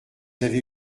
avez